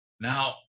Now